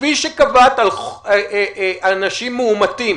כפי שקבעת על אנשים מאומתים